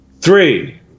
Three